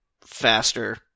faster